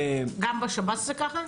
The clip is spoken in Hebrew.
גם בשב"ס זה ככה?